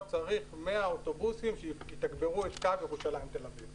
צריך 100 אוטובוסים שיתגברו את קו ירושלים-תל אביב.